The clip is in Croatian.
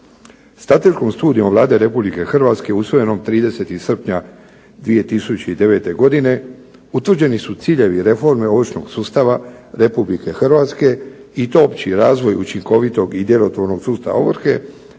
Statičkom studijom Vlade RH usvojenom 30. srpnja 2009. godine utvrđeni su ciljevi reforme ovršnog sustava RH i to opći - razvoj učinkovitog i djelotvornog sustava ovrhe